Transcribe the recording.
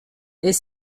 est